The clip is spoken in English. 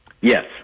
Yes